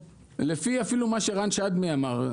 אפילו לפי מה שרן שדמי אמר,